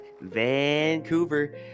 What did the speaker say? Vancouver